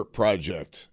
project